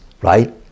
right